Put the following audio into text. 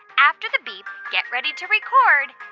after the beep, get ready to record